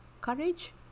courage